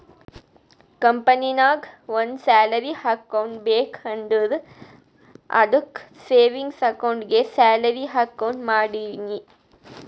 ಕಂಪನಿನಾಗ್ ಒಂದ್ salary account ಬೇಕ್ ಅಂದುರ್ ಅದ್ದುಕ್ ಸೇವಿಂಗ್ಸ್ ಅಕೌಂಟ್ಗೆ ಸ್ಯಾಲರಿ ಅಕೌಂಟ್ ಮಾಡಿನಿ